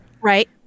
right